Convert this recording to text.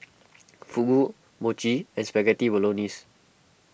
Fugu Mochi and Spaghetti Bolognese